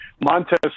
Montez